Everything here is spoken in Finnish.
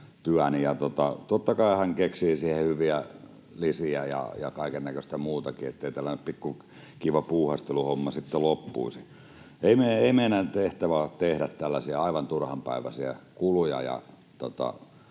ja totta kai hän keksii siihen hyviä lisiä ja kaikennäköistä muutakin, ettei tällainen kiva pikku puuhasteluhomma sitten loppuisi. Ei meidän tehtävämme ole tehdä tällaisia aivan turhanpäiväisiä kuluja